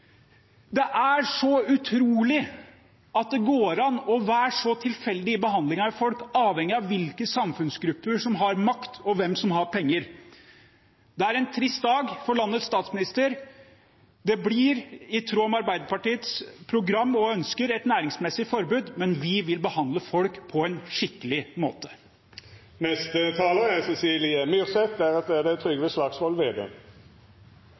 Det er så utrolig at det går an å behandle folk så tilfeldig avhengig av hvilke samfunnsgrupper som har makt, og hvem som har penger. Det er en trist dag for landets statsminister. Det blir, i tråd med Arbeiderpartiets program og ønsker, et næringsmessig forbud, men vi vil behandle folk på en skikkelig måte. Saken vi behandler nå, handler om avvikling – ja, det er